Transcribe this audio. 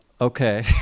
Okay